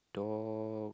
dog